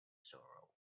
sorrow